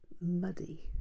muddy